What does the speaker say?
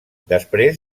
després